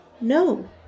no